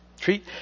treat